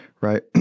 Right